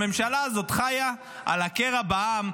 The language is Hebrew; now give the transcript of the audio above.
הממשלה הזאת חיה על הקרע בעם,